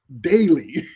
daily